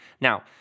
Now